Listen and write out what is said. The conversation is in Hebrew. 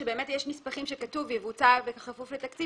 שיש נספחים שכתוב "יבוצע בכפוף לתקציב".